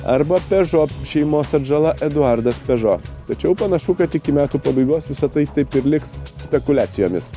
arba pežo šeimos atžala eduardas pežo tačiau panašu kad iki metų pabaigos visa tai taip ir liks spekuliacijomis